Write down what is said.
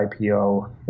IPO